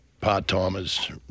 part-timers